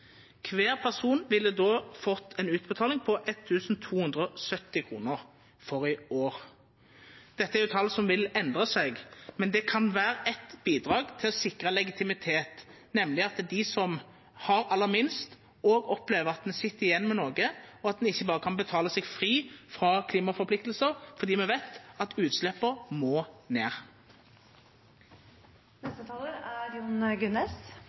Kvar person ville då fått ei utbetaling på 1 270 kr for i år. Dette er jo tal som vil endra seg, men det kan vera eit bidrag til å sikra legitimitet, nemleg at dei som har aller minst, opplever at dei sit igjen med noko, og at ein ikkje berre kan betala seg fri frå klimaforpliktingar. For me veit at utsleppa må